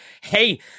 Hey